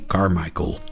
Carmichael